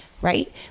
right